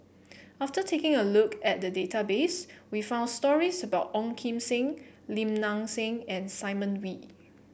after taking a look at the database we found stories about Ong Kim Seng Lim Nang Seng and Simon Wee